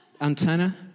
Antenna